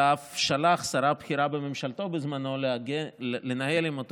אלא אף שלח שרה בכירה בממשלתו בזמנו לנהל עם אותו